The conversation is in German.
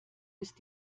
ist